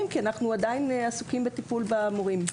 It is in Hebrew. כי אנחנו עדיין עסוקים בטיפול במורים.